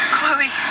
Chloe